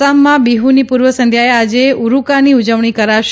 આસામમાં બિહુની પૂર્વ સંધ્યાએ આજે ઉડુકાની ઉજવણી કરાશે